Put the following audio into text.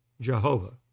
Jehovah